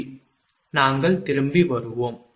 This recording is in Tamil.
பின்னர் கிளை 2 இழப்பு ஏற்படும்